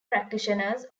practitioners